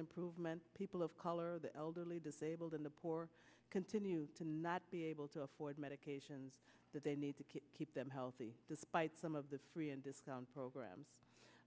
improvement people of color the elderly disabled and the poor continue to not be able to afford medications that they need to keep them healthy despite some of the free and discount program